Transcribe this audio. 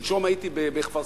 שלשום הייתי בכפר-סבא,